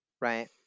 right